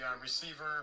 receiver